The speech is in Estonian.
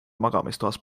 magamistoas